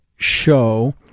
show